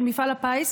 של מפעל הפיס,